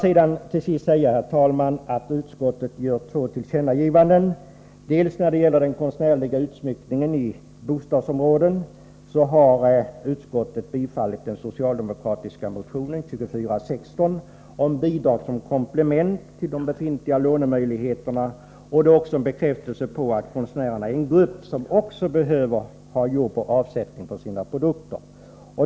Får jag till sist nämna att utskottet gör två tillkännagivanden. När det gäller den konstnärliga utsmyckningen i bostadsområden har utskottet biträtt den socialdemokratiska motionen 2416 om bidrag som komplement till de befintliga lånemöjligheterna. Detta innebär också en bekräftelse på att även konstnärerna är en grupp som behöver jobb och måste få avsättning för sina produkter.